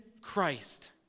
Christ